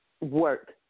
work